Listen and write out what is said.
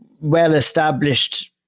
well-established